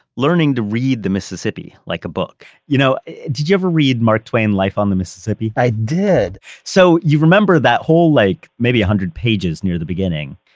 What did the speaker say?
learning to read the mississippi like a book you know did you ever read mark twain life on the mississippi? i did so, you remember that whole, like maybe a hundred pages near the beginning,